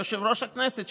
יושב-ראש הכנסת,